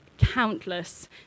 countless